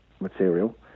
Material